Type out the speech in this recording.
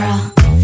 girl